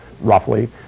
roughly